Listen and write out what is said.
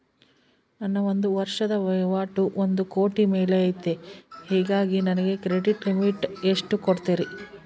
ನನ್ನ ಒಂದು ವರ್ಷದ ವಹಿವಾಟು ಒಂದು ಕೋಟಿ ಮೇಲೆ ಐತೆ ಹೇಗಾಗಿ ನನಗೆ ಕ್ರೆಡಿಟ್ ಲಿಮಿಟ್ ಎಷ್ಟು ಕೊಡ್ತೇರಿ?